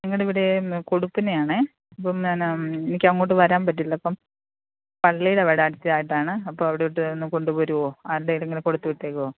ഞങ്ങളുടെ ഇവിടെ ഇന്ന് കൊടുപ്പിനയാണേ അപ്പം ഞാൻ എനിക്ക് അങ്ങോട്ട് വരാൻ പറ്റില്ല അപ്പം പള്ളിയുടെ അവിടെ അടുത്തായിട്ടാണ് അപ്പം അവിടോട്ട് ഒന്നു കൊണ്ടുവരുമോ ആരുടെ കയ്യിലെങ്കിലും കൊടുത്തു വിട്ടേക്കുമോ